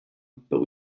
but